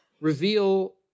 reveal